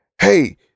Hey